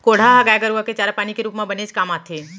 कोंढ़ा ह गाय गरूआ के चारा पानी के रूप म बनेच काम आथे